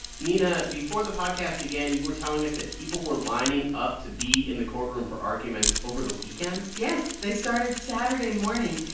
nina, before the podcast began, you were telling us that people were lining up to be in the courtroom for arguments over the weekend yes. they started saturday morning,